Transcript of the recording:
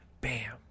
Bam